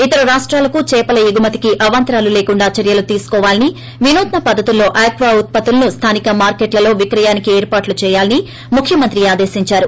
ఇతర రాష్టాలకు చేపల ఎగుమతికి అవాంతరాలు లేకుండా చర్యలు తీసుకోవాలని వినూత్స పద్దతుల్లో ఆక్వా ఉత్పత్తులను స్టానిక మార్కెట్లలో విక్రయానికి ఏర్పాట్లు చేయాలని ముఖ్యమంత్రి ఆదేశిందారు